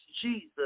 Jesus